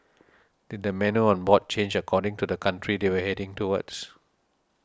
did the menu on board change according to the country they were heading towards